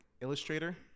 illustrator